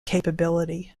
capability